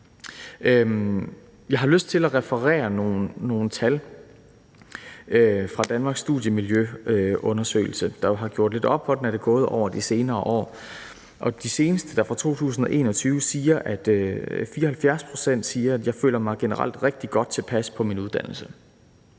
Jeg har lyst til at referere nogle tal fra Danmarks Studieundersøgelse for, hvordan det er gået de senere år. De seneste tal, der er fra 2021, viser, at 74 pct. siger: Jeg føler mig generelt rigtig godt tilpas på min uddannelse.